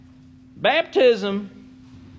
Baptism